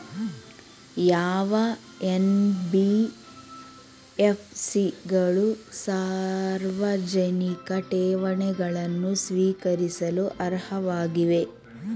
ಯಾವ ಎನ್.ಬಿ.ಎಫ್.ಸಿ ಗಳು ಸಾರ್ವಜನಿಕ ಠೇವಣಿಗಳನ್ನು ಸ್ವೀಕರಿಸಲು ಅರ್ಹವಾಗಿವೆ?